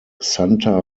santa